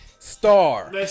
star